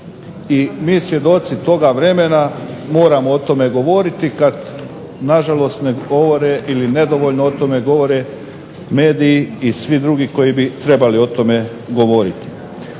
i mi svjedoci toga vremena moramo o tome govoriti kad na žalost ne govore ili nedovoljno o tome govore mediji i svi drugi koji bi trebali o tome govoriti.